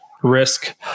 risk